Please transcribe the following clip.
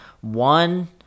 one